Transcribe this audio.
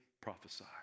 prophesy